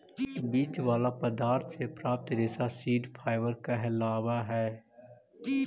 बीज वाला पदार्थ से प्राप्त रेशा सीड फाइबर कहलावऽ हई